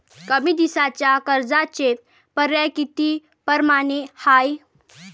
कमी दिसाच्या कर्जाचे पर्याय किती परमाने हाय?